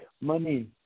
money